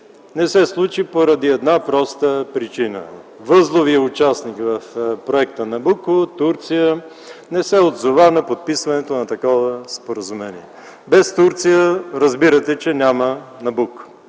Не се случи поради една проста причина – възловият участник в проекта „Набуко” – Турция, не се отзова на подписването на такова споразумение. Без Турция разбирате, че няма „Набуко”.